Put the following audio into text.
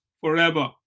forever